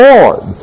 Lord